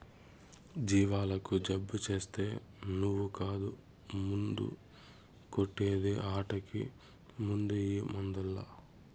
జీవాలకు జబ్బు చేస్తే నువ్వు కాదు మందు కొట్టే ది ఆటకి మందెయ్యి ముందల్ల